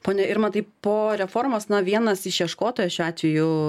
pone irmantai po reformos na vienas išieškotojas šiuo atveju